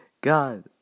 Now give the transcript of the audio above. God